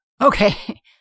Okay